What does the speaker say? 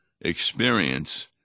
experience